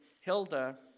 hilda